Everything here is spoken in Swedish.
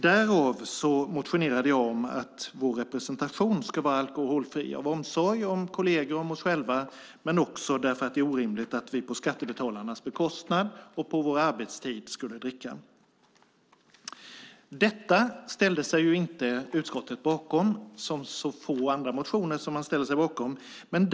Därför motionerade jag om att vår representation ska vara alkoholfri av omsorg om kolleger och oss själva men också därför att det är orimligt att vi på skattebetalarnas bekostnad och på vår arbetstid skulle dricka alkohol. Detta ställde sig inte utskottet bakom, som ställer sig bakom få motioner.